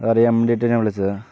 അതറിയാൻ വേണ്ടിയിട്ടാണ് ഞാൻ വിളിച്ചത്